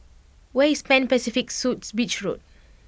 where is Pan Pacific Suites Beach Road